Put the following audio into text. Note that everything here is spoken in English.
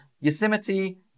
yosemite